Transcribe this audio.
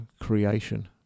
creation